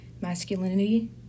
masculinity